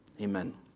Amen